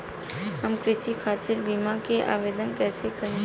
हम कृषि खातिर बीमा क आवेदन कइसे करि?